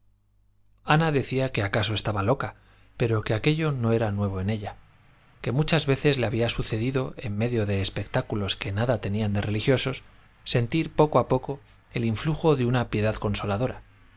ana decía que acaso estaba loca pero que aquello no era nuevo en ella que muchas veces le había sucedido en medio de espectáculos que nada tenían de religiosos sentir poco a poco el influjo de una piedad consoladora